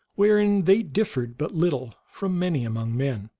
wherein they differed but little from many among men.